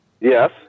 Yes